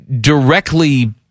directly